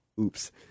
Oops